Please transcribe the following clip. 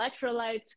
electrolytes